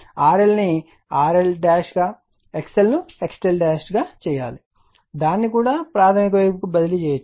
RLను RL గా XL ను XL గా చేయండి దానిని కూడా ప్రాధమిక వైపుకు బదిలీ చేయవచ్చు